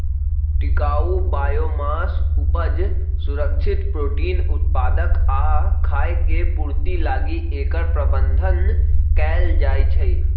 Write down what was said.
टिकाऊ बायोमास उपज, सुरक्षित प्रोटीन उत्पादक आ खाय के पूर्ति लागी एकर प्रबन्धन कएल जाइछइ